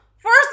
First